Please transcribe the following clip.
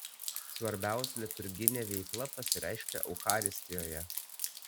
svarbiausia liturginė veikla pasireiškia eucharistijoje